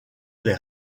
des